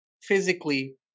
physically